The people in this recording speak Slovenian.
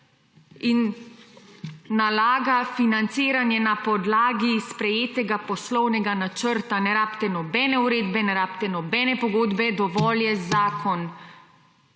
in nalaga financiranje na podlagi sprejetega poslovnega načrta, ne rabite nobene uredbe, ne rabite nobene pogodbe, dovolj je zakon.